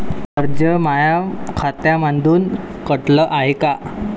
कर्ज माया खात्यामंधून कटलं हाय का?